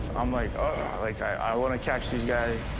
um like ah like, i wanna catch these guys.